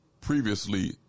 previously